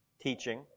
teaching